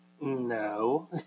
No